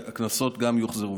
והקנסות גם יוחזרו,